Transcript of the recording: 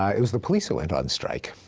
um it was the police who went on strike,